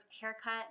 haircut